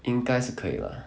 应该是可以 lah